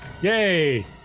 Yay